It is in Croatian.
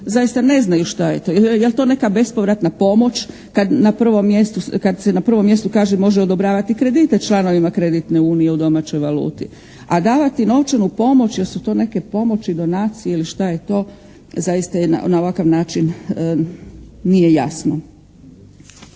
zaista ne znaju šta je to? Je li to neka bezpovratna pomoć kad na prvom mjestu, kad se na prvom mjestu kaže može odobravati kredite članovima kreditne unije u domaćoj valuti. A davati novčanu pomoć, jel' su to neke pomoći, donacije ili šta je to zaista je jedna, na ovakav način nije jasno.